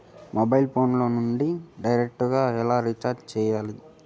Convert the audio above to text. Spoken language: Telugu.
మొబైల్ ఫోను నుండి డైరెక్టు గా ఎలా రీచార్జి సేయాలి